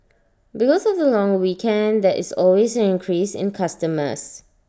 because of the long weekend there is always an increase in customers